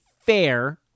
fair